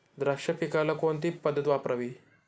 द्राक्ष पिकाला कोणती पद्धत वापरावी?